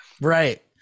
Right